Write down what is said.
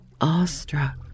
Awestruck